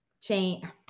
chain